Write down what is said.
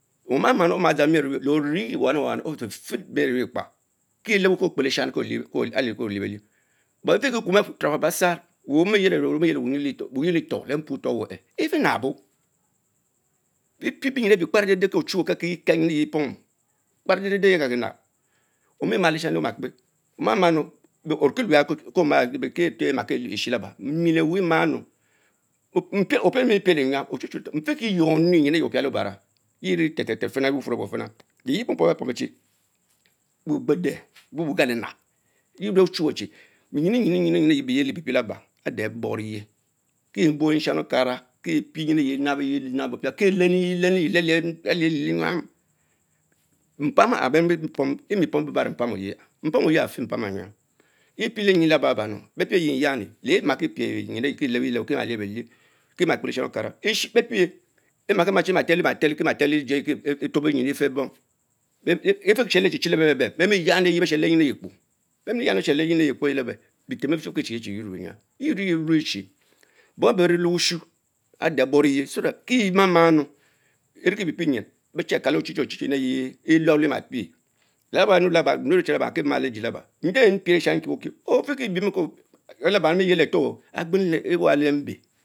Omaa ma enu le oririe wanu wanu Ofed fed mior eyuor ekpa kie leko ko kpelesham alie tho Libelie, but efiki kum beturofal besar omiyielie ars omiyelie wunym etor lch mpuotor awch efrinatio, pie pie ryin eksh Kpara dakh der kio ochuwen okel Kiveh kel nyin eyeh epomy, lepara deh den yeh ka ki nab; omiemiaa leshami omakpe, omamanu orieke me ya ko ma le sheh ya, mie leweh ima nuu, Opielemie piel enyan nfiki-yuonneh nyy the oprale obara yee ten ten ton firma le loufum bun fma, leyie pom pour ass еро ba Ughedee buch ugalia mab, yeh me Qehave come le beyin yine yious alove yee ente pie pies laba ade aans borige kie buong cohami okara kie pre my ee nabeye nab opir kie lebo elens lengves elich Cinyouum, mpa mpa aye, mpam oye afie mpan aare yuam, yie pie nym laba, Epre beh jinyamen lemnere pre mojim efie hie the Ellbeye lebo kie ma lich bench, beepie the ma ben prets kis ma kpe leshami okara, bepic emakie maa lejie eyil kie tlhop efen bom, efch tohero lechechie lebebecebe beh mi yani beh shen leyin aye kpo le be lese, befem befikie Chine Leye yuor enyam, yeh rucchie bom abeyh bee zie le your ade aborigt thil ma magna enaipie pre nym, beche Kater te achichie octiichi nyüs ehh. ecudeh emapie, le cabane laba rame. nruen ruch chie hie majie laba, nje mpiel leshain kiewokie efimis bin ko, lebo emie gielicaretor agbenu ewa le-mbe.